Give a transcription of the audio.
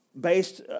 based